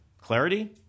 Clarity